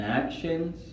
actions